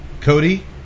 Cody